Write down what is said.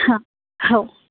हां हो